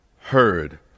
heard